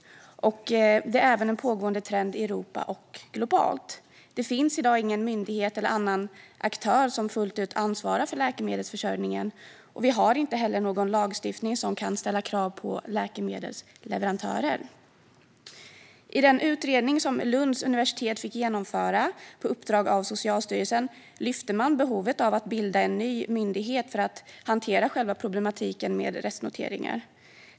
Det är även en pågående trend i Europa och globalt. Det finns i dag ingen myndighet eller annan aktör som fullt ut ansvarar för läkemedelsförsörjningen. Vi har inte heller någon lagstiftning som kan ställa krav på läkemedelsleverantörer. I den utredning som Lunds universitet fick genomföra på uppdrag av Socialstyrelsen lyfte man behovet av att bilda en ny myndighet för att hantera problematiken med restnoteringar.